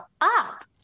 up